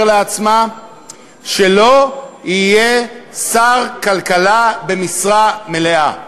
לעצמן שלא יהיה שר כלכלה במשרה מלאה.